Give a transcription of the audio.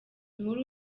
muri